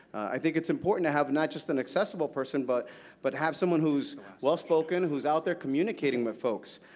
i think it's important to have not just an accessible person, but but have someone who is well spoken, who is out there communicating with folks.